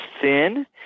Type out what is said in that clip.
thin